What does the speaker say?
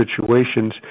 situations